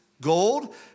gold